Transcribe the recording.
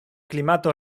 klimato